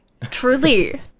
Truly